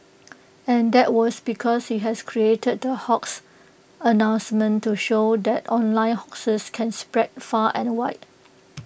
and that was because he has created the hoax announcement to show that online hoaxes can spread far and wide